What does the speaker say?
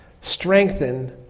strengthen